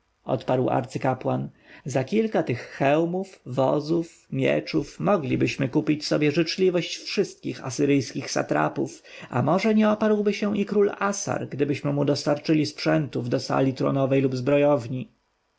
odparł arcykapłan za kilka tych hełmów wozów mieczów możemy kupić sobie życzliwość wszystkich asyryjskich satrapów a może nie oparłby się i król assar gdybyśmy mu dostarczyli sprzętów do sali tronowej lub zbrojowni